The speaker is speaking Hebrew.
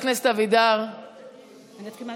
אני אתחיל מהתחלה?